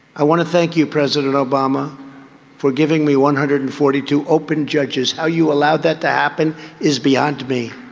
i want to thank you president obama for giving me one hundred and forty two open judges how you allowed that to happen is beyond me